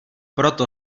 proto